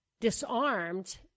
disarmed